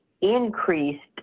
increased